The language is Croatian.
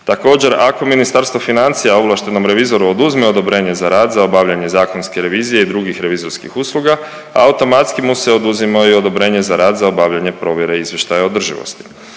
Također, ako Ministarstvo financija ovlaštenom revizoru oduzme odobrenja za rad za obavljanje zakonske revizije i drugih revizorskih usluga, automatski mu se oduzimaju odobrenje za rad za obavljanje provjere izvještaja održivosti.